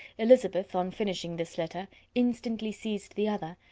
elizabeth on finishing this letter instantly seized the other,